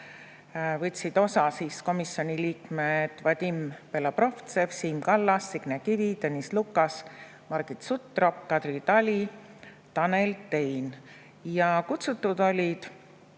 võtsid komisjoni liikmed Vadim Belobrovtsev, Siim Kallas, Signe Kivi, Tõnis Lukas, Margit Sutrop, Kadri Tali, Tanel Tein. Kutsutud olid